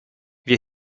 wir